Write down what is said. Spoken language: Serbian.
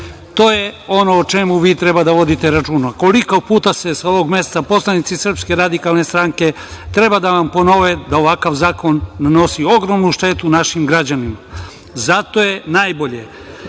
To je ono o čemu vi treba da vodite računa. Koliko puta sa ovog mesta poslanici SRS, treba da vam ponove da ovakav zakon nanosi ogromnu štetu našim građanima? Zato je najbolje